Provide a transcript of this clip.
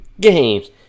games